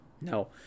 No